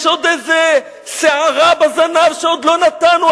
יש עוד איזו שערה בזנב שעוד לא נתנו.